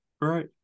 Right